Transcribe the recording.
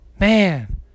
Man